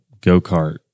go-kart